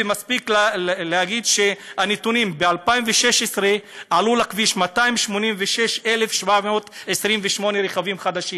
ומספיק להגיד את הנתונים: ב-2016 עלו לכביש 286,728 רכבים חדשים.